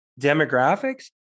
demographics